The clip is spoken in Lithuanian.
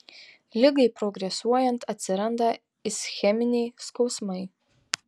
ligai progresuojant atsiranda ischeminiai skausmai